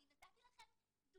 אני נתתי לכם דוגמה,